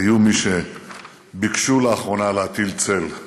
היו מי שביקשו לאחרונה להטיל צל.